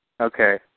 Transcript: Okay